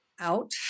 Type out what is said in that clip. out